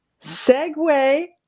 Segway